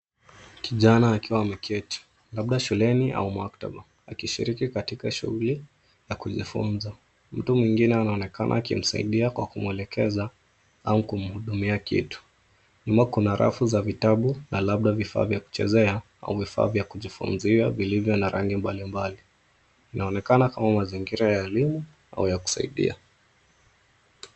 Kijana akiwa ameketi, labda shuleni au maktaba, akishiriki katika shughuli ya kujifunza. Mtu mwingine anaonekana akimsaidia kwa kumwelekeza au kumhudumia kitu. Nyuma kuna rafu za vitabu na labda vifaa vya kuchezea au vifaa vya kujifunzia vilivyo na rangi mbali mbali. Inaonekana kama mazingira ya elimu au ya kusaidia.